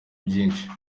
byinshi